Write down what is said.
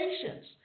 patience